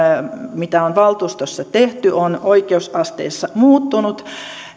joita on valtuustossa tehty on sitten oikeusasteissa muuttunut